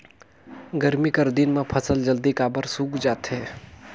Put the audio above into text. गरमी कर दिन म फसल जल्दी काबर सूख जाथे?